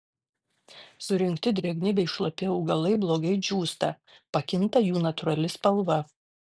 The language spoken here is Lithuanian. surinkti drėgni bei šlapi augalai blogai džiūsta pakinta jų natūrali spalva